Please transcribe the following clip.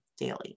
Daily